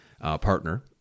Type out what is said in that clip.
partner